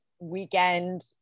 weekend